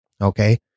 Okay